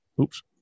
Oops